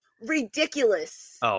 ridiculous